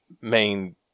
main